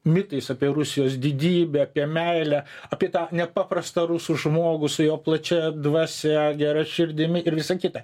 mitais apie rusijos didybę apie meilę apie tą nepaprastą rusų žmogų su jo plačia dvasia gera širdimi ir visa kita